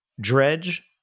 Dredge